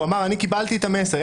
הוא אומר: אני קיבלתי את המסר.